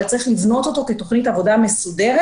אבל צריך לבנות אותו כתוכנית עבודה מסודרת.